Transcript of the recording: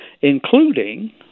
including